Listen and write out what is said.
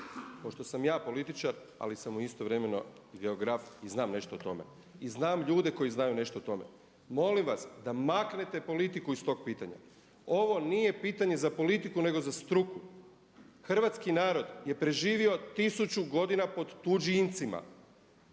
pošto sam ja političar ali sam istovremeno i geograf i znam nešto o tome i znam ljude koji znaju nešto o tome. Molim vas da maknete politiku iz tog pitanja. Ovo nije pitanje za politiku nego za struku. Hrvatski narod je preživio tisuću godina pod tuđincima,